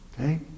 Okay